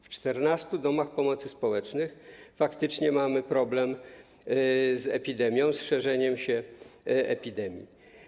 W 14 domach pomocy społecznej faktycznie mamy problem z epidemią, z szerzeniem się epidemii.